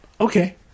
Okay